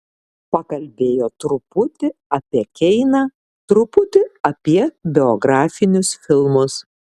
pakalbėjo truputį apie keiną truputį apie biografinius filmus